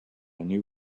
new